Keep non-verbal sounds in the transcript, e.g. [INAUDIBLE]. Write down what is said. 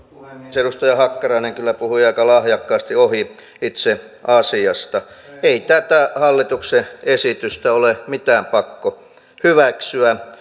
puhemies edustaja hakkarainen kyllä puhui aika lahjakkaasti ohi itse asiasta ei tätä hallituksen esitystä ole mikään pakko hyväksyä [UNINTELLIGIBLE]